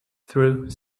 through